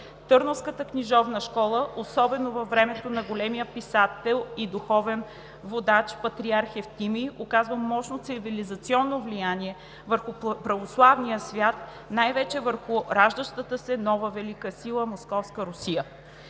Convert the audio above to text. Търновската книжовна школа, особено във времето на големия писател и духовен водач патриарх Евтимий, оказва мощно цивилизационно влияние върху православния свят и най-вече върху раждащата се нова велика сила – Московска Русия.